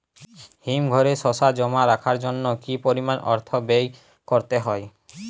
হিমঘরে শসা জমা রাখার জন্য কি পরিমাণ অর্থ ব্যয় করতে হয়?